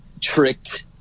tricked